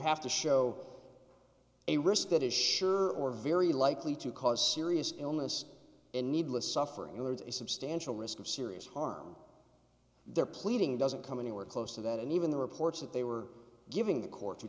have to show a risk that is sure or very likely to cause serious illness and needless suffering there is a substantial risk of serious harm their pleading doesn't come anywhere close to that and even the reports that they were giving the court